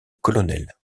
colonel